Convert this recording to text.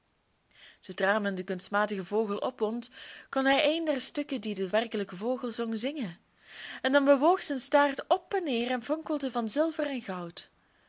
zoodra men den kunstmatigen vogel opwond kon hij een der stukken die de werkelijke vogel zong zingen en dan bewoog zijn staart op en neer en fonkelde van zilver en goud